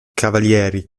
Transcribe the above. cavalieri